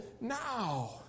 now